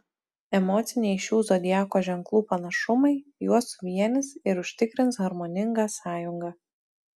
emociniai šių zodiako ženklų panašumai juos suvienys ir užtikrins harmoningą sąjungą